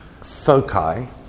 foci